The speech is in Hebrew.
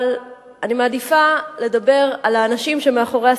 אבל אני מעדיפה לדבר על האנשים שמאחורי הסטטיסטיקה.